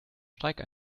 streik